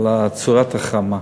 על צורת ההחרמה.